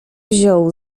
wziął